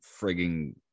frigging